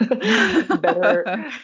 better